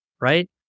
Right